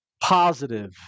positive